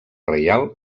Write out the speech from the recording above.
reial